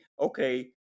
Okay